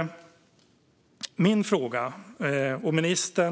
Om ministern